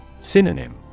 Synonym